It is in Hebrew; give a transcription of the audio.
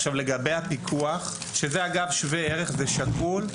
עכשיו לגבי הפיקוח שזה אגב, שווה ערך ושקול,